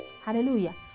Hallelujah